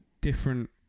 different